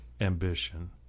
ambition